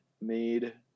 made